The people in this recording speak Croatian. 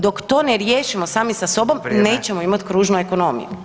Dok to ne riješimo sami sa sobom [[Upadica: Vrijeme.]] nećemo imati kružnu ekonomiju.